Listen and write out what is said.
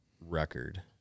record